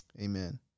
Amen